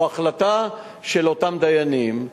או החלטה של אותם דיינים.